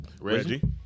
Reggie